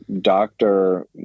doctor